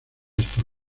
estos